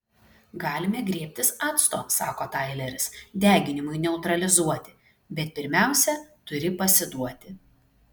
galime griebtis acto sako taileris deginimui neutralizuoti bet pirmiausia turi pasiduoti